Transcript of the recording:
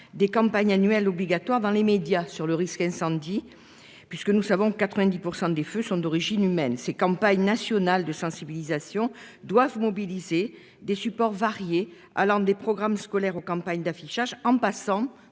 des campagnes annuelles obligatoires dans les médias sur le risque incendie puisque nous savons 90% des feux sont d'origine humaine. Ces campagnes nationales de sensibilisation doivent mobiliser des supports variés, allant des programmes scolaires aux campagnes d'affichage en passant